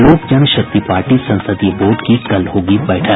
लोक जनशक्ति पार्टी संसदीय बोर्ड की कल होगी बैठक